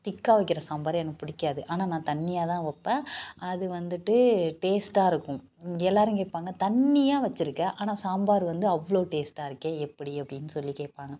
திக்காக வைக்கிற சாம்பார் எனக்கு பிடிக்காது ஆனால் நான் தண்ணியாக தான் வைப்பேன் அது வந்துட்டு டேஸ்ட்டாக இருக்கும் எல்லாேரும் கேட்பாங்க தண்ணியாக வச்சுருக்க ஆனால் சாம்பார் வந்து அவ்வளோ டேஸ்ட்டாக இருக்கே எப்படி அப்படின்னு சொல்லிக் கேட்பாங்க